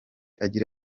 agira